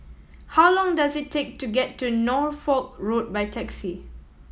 how long does it take to get to Norfolk Road by taxi